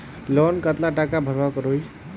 Loan कतला टाका भरवा करोही?